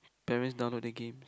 parents download the game